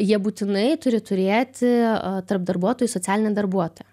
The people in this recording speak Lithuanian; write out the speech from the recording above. jie būtinai turi turėti tarp darbuotojų socialinę darbuotoją